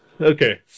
okay